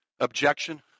objection